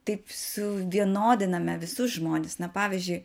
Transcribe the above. taip suvienodiname visus žmonis na pavyzdžiui